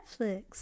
Netflix